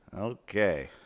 Okay